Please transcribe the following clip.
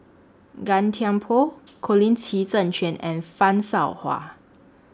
Gan Thiam Poh Colin Qi Zhe Quan and fan Shao Hua